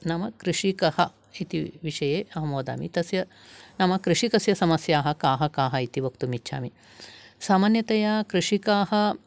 नाम कृषिकः इति विषये अहं वदामि तस्य नाम कृषिकस्य समस्याः काः काः इति वक्तुम् इच्छामि सामन्यतया कृषिकाः